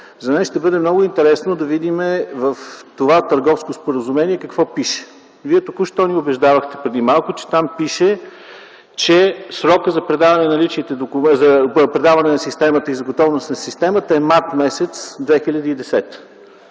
за мен ще бъде много интересно да видим в това търговско споразумение какво пише. Вие току-що ни убеждавахте преди малко, че там пише, че срокът за предаване на системата и за готовност на системата е м. март 2010